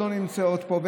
לא נמצאות פה,